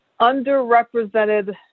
underrepresented